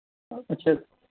ਅੱਛਾ